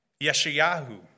Yeshayahu